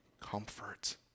comfort